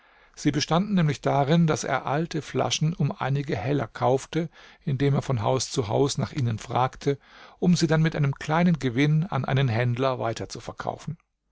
sie bestanden nämlich darin daß er alte flaschen um einige heller kaufte indem er von haus zu haus nach ihnen fragte um sie dann mit einem kleinen gewinn an einen händler